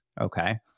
okay